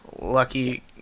lucky